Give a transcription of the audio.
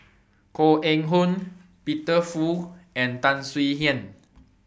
Koh Eng Hoon Peter Fu and Tan Swie Hian